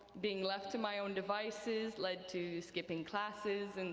being left to my own devices led to skipping classes, and